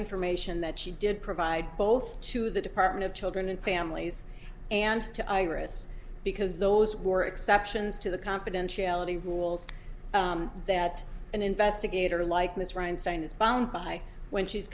information that she did provide both to the department of children and families and to iris because those were exceptions to the confidentiality rules that an investigator like ms ryan sign is bound by when she